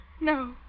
No